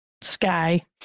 sky